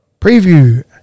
Preview